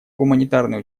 гуманитарные